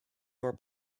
were